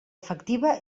efectiva